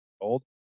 old